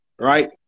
right